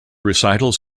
recitals